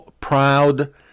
proud